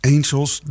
Angels